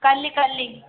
କାଲି କାଲି